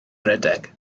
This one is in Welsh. redeg